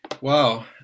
wow